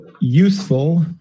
useful